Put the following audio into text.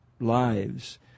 lives